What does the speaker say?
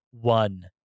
one